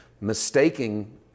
mistaking